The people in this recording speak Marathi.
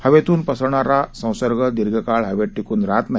हवेतून पसरणारा संसर्ग दीर्घकाळ हवेत टिकून राहत नाही